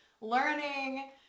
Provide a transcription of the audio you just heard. learning